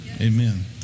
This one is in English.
Amen